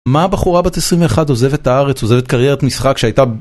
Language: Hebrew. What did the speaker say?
מה בחורה בת 21 עוזבת את הארץ עוזבת קריירת משחק שהייתה